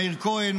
מאיר כהן,